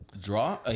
Draw